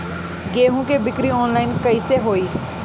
गेहूं के बिक्री आनलाइन कइसे होई?